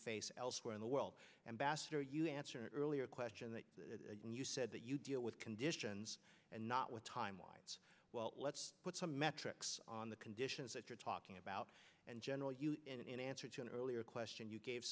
face elsewhere in the world and vaster you answered earlier question that you said that you deal with conditions and not with timelines well let's put some metrics on the conditions that you're talking about and general in answer to an earlier question you gave